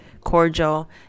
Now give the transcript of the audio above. cordial